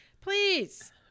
Please